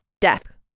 Death